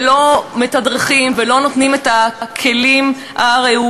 והם לא מתדרכים ולא נותנים את הכלים הראויים.